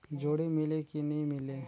जोणी मीले कि नी मिले?